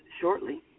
shortly